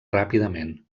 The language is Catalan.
ràpidament